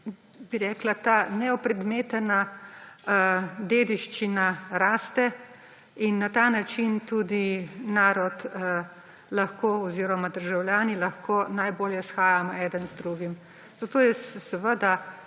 bi rekla, ta neopredmetena dediščina raste in na ta način tudi narod oziroma državljani lahko najbolje shajamo eden z drugim. Zato jaz seveda,